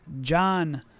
John